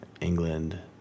England